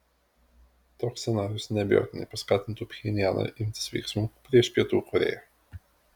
toks scenarijus neabejotinai paskatintų pchenjaną imtis veiksmų prieš pietų korėją